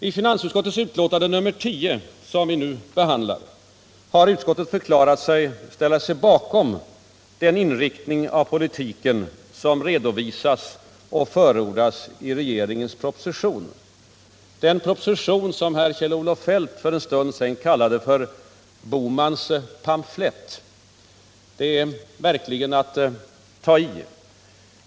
I finansutskottets betänkande nr 10, som vi nu behandlar, har utskottet förklarat sig ställa sig bakom den inriktning av politiken som redovisas och förordas i regeringens proposition, den proposition som herr Kjell Olof Feldt för en stund sedan kallade ”Bohmans pamflett”. Det är verkligen att ta i.